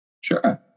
Sure